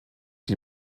die